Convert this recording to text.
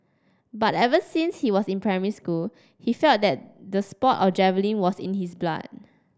but ever since he was in primary school he felt that the sport of javelin was in his blood